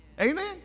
Amen